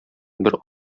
бер